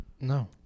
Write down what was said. No